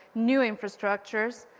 new infrastructures,